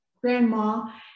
grandma